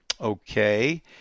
Okay